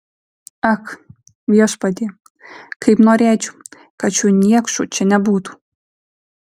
ak viešpatie kaip norėčiau kad šių niekšų čia nebūtų